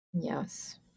Yes